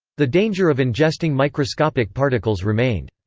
the danger of ingesting microscopic particles remained.